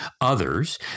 others